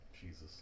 Jesus